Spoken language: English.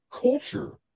culture